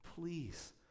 Please